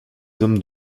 hommes